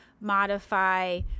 modify